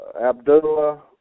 Abdullah